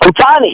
Otani